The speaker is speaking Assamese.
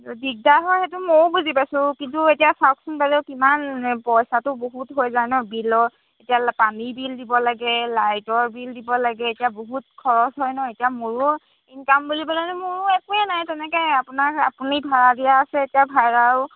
দিগদাৰ হয় সেইটো ময়ো বুজি পাইছোঁ কিন্তু এতিয়া চাওকচোন বাইদেউ কিমান পইচাটো বহুত হৈ যায় ন বিলৰ এতিয়া ল পানীৰ বিল দিব লাগে লাইটৰ বিল দিব লাগে এতিয়া বহুত খৰচ হয় ন এতিয়া মোৰো ইনকাম বুলিবলৈনো মোৰো একোৱেই নাই তেনেকৈ আপোনাৰ আপুনি ভাড়া দিয়া আছে এতিয়া ভাড়াও